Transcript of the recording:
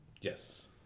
Yes